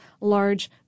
large